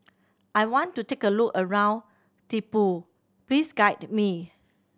I want to take a look around Thimphu please guide me